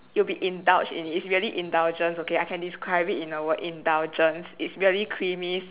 you'll be indulged in it's really indulgence okay I can describe it in a word indulgence it's really creamy